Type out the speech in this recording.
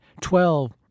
Twelve